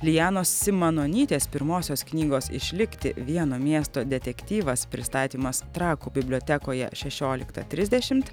lianos simanonytės pirmosios knygos išlikti vieno miesto detektyvas pristatymas trakų bibliotekoje šešioliktą trisdešimt